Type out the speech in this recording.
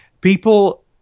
people